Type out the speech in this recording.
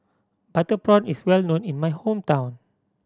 butter prawn is well known in my hometown